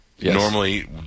Normally